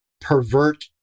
pervert